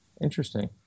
Interesting